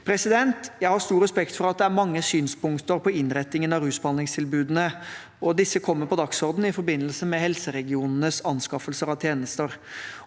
komiteen. Jeg har stor respekt for at det er mange synspunkter på innretningen av rusbehandlingstilbudene, og disse kommer på dagsordenen i forbindelse med helseregionenes anskaffelser av tjenester.